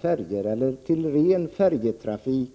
för ren färjetrafik.